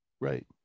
right